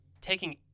taking